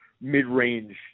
mid-range